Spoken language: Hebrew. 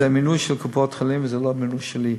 זה מינוי של קופות-חולים וזה לא מינוי שלי,